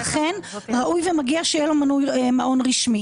אכן ראוי ומגיע שיהיה לו מעון רשמי.